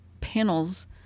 panels